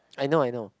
I know I know